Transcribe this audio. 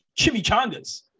chimichangas